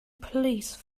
please